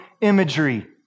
imagery